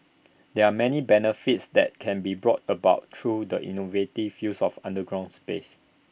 there are many benefits that can be brought about through the innovative use of underground space